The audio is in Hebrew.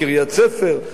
קריית-ספר,